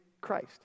Christ